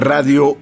Radio